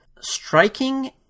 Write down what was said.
striking